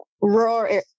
rural